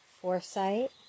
foresight